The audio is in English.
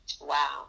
Wow